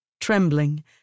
Trembling